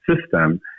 system